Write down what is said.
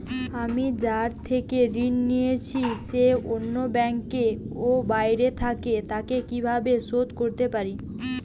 আমি যার থেকে ঋণ নিয়েছে সে অন্য ব্যাংকে ও বাইরে থাকে, তাকে কীভাবে শোধ করতে পারি?